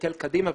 שמסתכל קדימה,